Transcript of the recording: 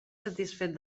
satisfet